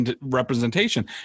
representation